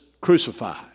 crucified